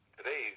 Today